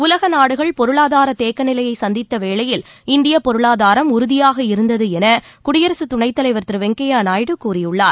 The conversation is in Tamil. உலக நாடுகள் பொருளாதார தேக்கநிலையை சந்தித்த வேளையில் இந்தியப் பொருளாதாரம் உறுதியாக இருந்தது என குடியரசு துணைத் தலைவர் திரு வெங்கய்ய நாயுடு கூறியுள்ளார்